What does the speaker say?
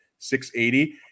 680